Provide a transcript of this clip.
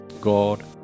God